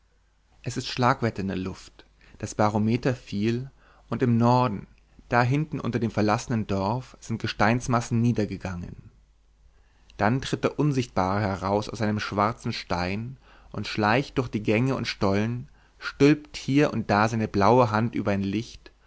es ist schlagwetter in der luft das barometer fiel und im norden da hinten unter dem verlassenen dorf sind gesteinsmassen niedergegangen dann tritt der unsichtbare heraus aus seinem schwarzen stein und schleicht durch die gänge und stollen stülpt hier und da seine blaue hand über ein licht